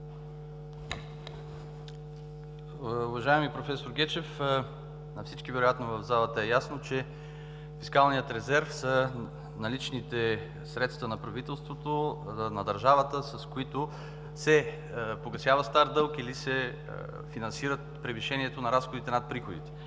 Уважаеми проф. Гечев, на всички вероятно в залата е ясно, че фискалният резерв са наличните средства на правителството, на държавата, с които се погасява стар дълг или се финансира превишението на разходите над приходите.